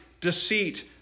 deceit